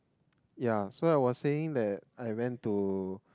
yeah so I was saying that I went to